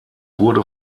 wurde